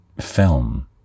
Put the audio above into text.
film